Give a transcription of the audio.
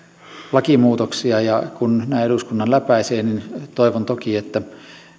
lakimuutoksia ja kun nämä eduskunnan läpäisevät niin toivon toki että